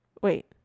wait